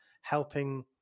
helping